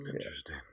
Interesting